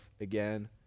again